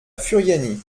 furiani